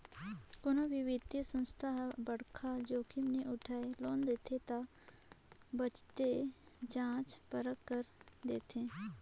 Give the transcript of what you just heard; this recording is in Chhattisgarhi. कोनो भी बित्तीय संस्था हर बड़खा जोखिम नी उठाय लोन देथे ता बतेच जांच परख कर देथे